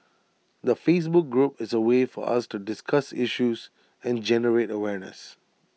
the Facebook group is A way for us to discuss issues and generate awareness